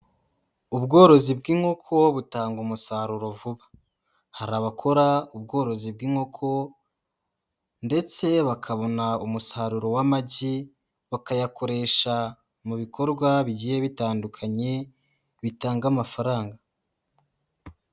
Ubworozi bw'inkoko butanga umusaruro vuba, hari abakora ubworozi bw'inkoko ndetse bakabona umusaruro w'amagi bakayakoresha mu bikorwa bigiye bitandukanye bitanga amafaranga.